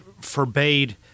forbade